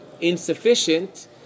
insufficient